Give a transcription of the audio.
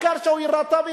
העיקר שהוא יירתע ויברח.